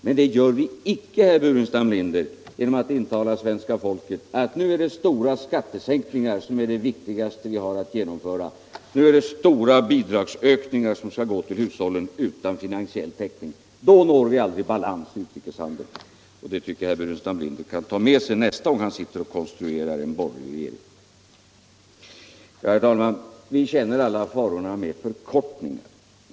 Men det gör vi icke, herr Burenstam Linder, genom att intala svenska folket att stora skattesänkningar nu är det viktigaste vi har att genomföra och att stora bidragsökningar skall gå till hushållen utan finansiell täckning. Då når vi aldrig balans i utrikeshandeln. Den tanken tycker jag herr Burenstam Linder kan ta med sig nästa gång han sitter och konstruerar en borgerlig regering. Herr talman! Vi känner alla farorna med förkortningar.